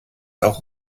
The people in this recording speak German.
auch